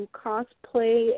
cosplay